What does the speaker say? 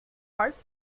als